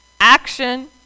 action